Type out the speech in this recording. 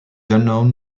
unknown